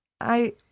I